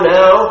now